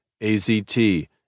AZT